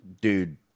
Dude